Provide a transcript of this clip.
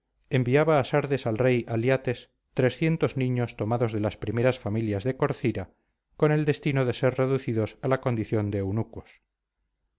enviaba a sardes al rey aliates niños tomados de las primeras familias de corcira con el destino de ser reducidos a la condición de